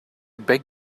beg